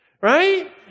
right